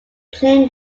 claimed